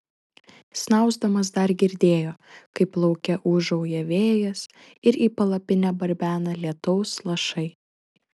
snausdamas dar girdėjo kaip lauke ūžauja vėjas ir į palapinę barbena lietaus lašai